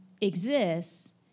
exists